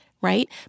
right